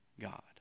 God